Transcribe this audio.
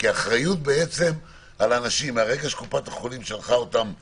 כי מרגע שקופת החולים שלחה אותם פנימה,